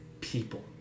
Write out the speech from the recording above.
people